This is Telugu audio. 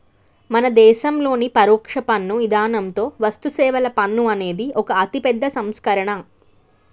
మన దేసంలోని పరొక్ష పన్ను ఇధానంతో వస్తుసేవల పన్ను అనేది ఒక అతిపెద్ద సంస్కరణ